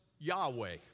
Yahweh